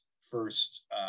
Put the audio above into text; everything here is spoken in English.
first